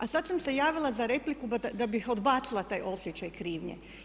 A sada sam se javila za repliku da bi odbacila taj osjećaj krivnje.